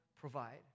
provide